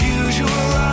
usual